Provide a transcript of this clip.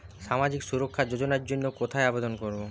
সামাজিক সুরক্ষা যোজনার জন্য কোথায় আবেদন করব?